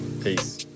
peace